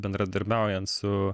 bendradarbiaujant su